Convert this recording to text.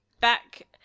back